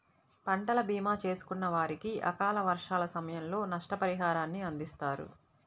పంటల భీమా చేసుకున్న వారికి అకాల వర్షాల సమయంలో నష్టపరిహారాన్ని అందిస్తారు